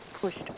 pushed